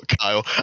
kyle